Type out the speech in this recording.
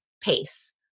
pace